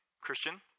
Christian